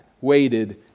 waited